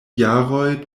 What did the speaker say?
jaroj